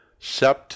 SEPT